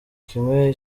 kimwe